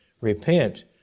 Repent